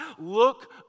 look